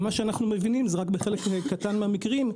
ממה שאנחנו מבינים זה קורה רק בחלק קטן מהמקרים,